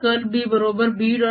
curl B बरोबर B